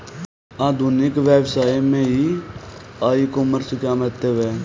आधुनिक व्यवसाय में ई कॉमर्स का क्या महत्व है?